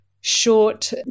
short